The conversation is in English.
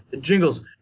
Jingles